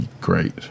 Great